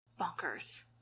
bonkers